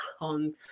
on